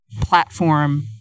platform